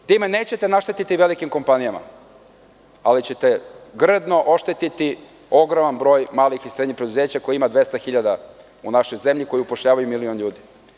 Time nećete naštetiti velikim kompanijama, ali ćete grdno oštetiti ogroman broj malih i srednjih preduzeća, kojih ima 200 hiljada u našoj zemlji, koji upošljavaju milion ljudi.